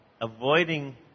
avoiding